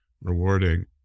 rewarding